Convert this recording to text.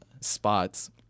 spots